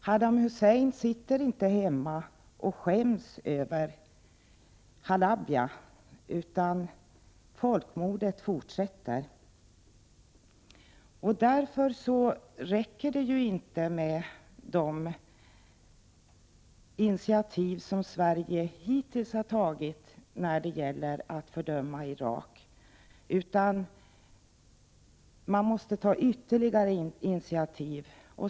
Sadam Hussein sitter inte hemma och skäms över Halabja, utan folkmordet fortsätter. Det räcker inte med de initiativ som Sverige hittills har tagit när det gäller att fördöma Irak, utan man måste göra mera.